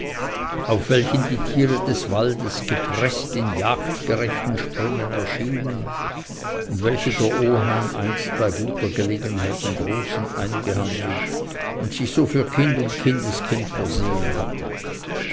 auf welchen die tiere des waldes gepreßt in jagdgerechten sprüngen erschienen und welche der oheim einst bei guter gelegenheit im großen eingehandelt und sich so für kind und kindeskind versehen hatte